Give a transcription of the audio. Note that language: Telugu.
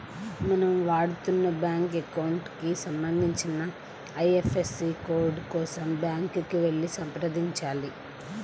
మనం వాడుతున్న బ్యాంకు అకౌంట్ కి సంబంధించిన ఐ.ఎఫ్.ఎస్.సి కోడ్ కోసం బ్యాంకుకి వెళ్లి సంప్రదించాలి